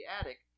attic